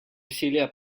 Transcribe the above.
усилия